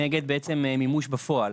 כנגד מימוש בפועל,